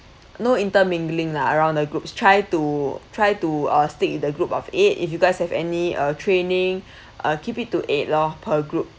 no intermingling lah around the groups try to try to uh stick in the group of eight if you guys have any uh training uh keep it to eight lor per group